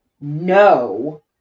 no